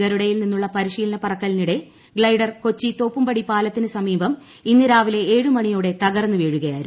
ഗരുഡയിൽ നിന്നുള്ള പരിശീലന പറക്കലിനിടെ ഗ്ലൈഡർ കൊച്ചി തോപ്പുംപടി പാലത്തിനു സമീപം ഇന്നു രാവിലെ ഏഴ് മണിയോടെ തകർന്നു വീഴുകയായിരുന്നു